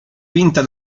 vinta